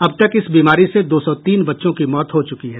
अब तक इस बीमारी से दो सौ तीन बच्चों की मौत हो चुकी है